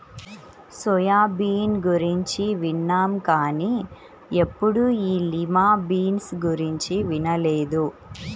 soya bean గురించి విన్నాం కానీ ఎప్పుడూ ఈ లిమా బీన్స్ గురించి వినలేదు